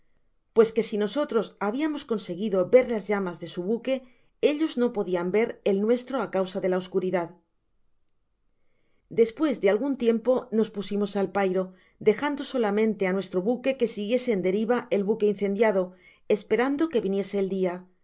pues que si nosotros habiamos conseguido ver las llamas de su buque ellos no podian ver el nuestro á causa de la oscuridad despues de algun tiempo nos pusimos al pairo dejando solamente á nuestro buque que siguiese en deriva el buque incendiado esperando que viniese el dia